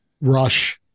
Rush